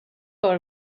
کار